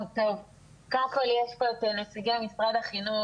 קודם כול, יש פה את נציגי משרד החינוך.